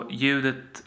ljudet